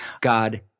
God